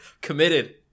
Committed